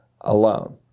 alone